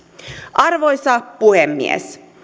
arvoisa puhemies